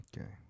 okay